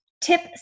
Tip